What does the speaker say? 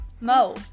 Mo